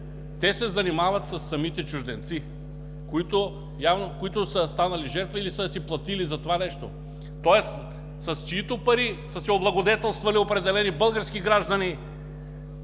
те се занимават със самите чужденци, които са станали жертва или са си платили за това нещо, тоест, с чиито пари са се облагодетелствали определени български граждани,